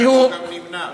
ואנחנו גם נמנע.